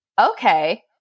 okay